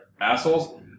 assholes